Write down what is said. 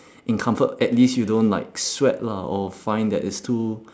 in comfort at least you don't like sweat lah or find that it's too